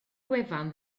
gwefan